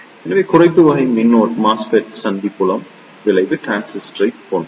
எனவே குறைப்பு வகை MOSFET சந்தி புலம் விளைவு டிரான்சிஸ்டரைப் போன்றது